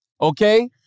Okay